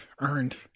Earned